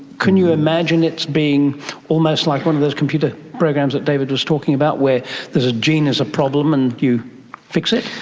can you imagine it being almost like one of those computer programs that david was talking about where there's a gene that's a problem and you fix it?